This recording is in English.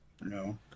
no